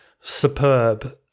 superb